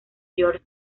george